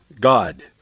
God